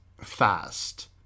fast